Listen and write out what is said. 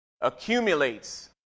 accumulates